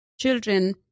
children